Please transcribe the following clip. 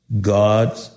God